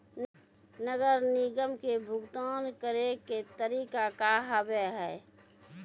नगर निगम के भुगतान करे के तरीका का हाव हाई?